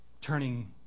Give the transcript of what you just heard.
turning